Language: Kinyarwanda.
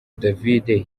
david